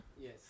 Yes